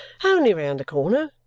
only round the corner,